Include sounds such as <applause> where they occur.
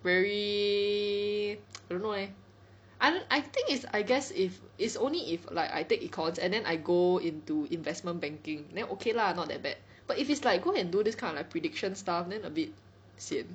very <noise> I don't know eh I I think is I I think is I guess if it's only if like I take econs and then I go into investment banking then ok lah not that bad but if it's like go and do this kind of like prediction stuff then a bit sian